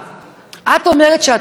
את אומרת שאת לא מאיימת,